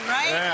right